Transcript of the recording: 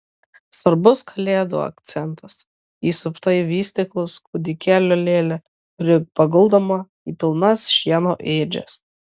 svarbus kalėdų akcentas įsupta į vystyklus kūdikėlio lėlė kuri paguldoma į pilnas šieno ėdžias